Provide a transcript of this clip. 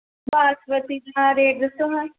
ਬਾਸਮਤੀ ਦਾ ਰੇਟ ਦੱਸਿਓ ਮੈਮ